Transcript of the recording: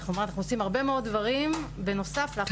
אנחנו עושים הרבה מאוד דברים, בנוסף ל-11.